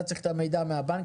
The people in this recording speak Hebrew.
אתה צריך את המידע מהבנק.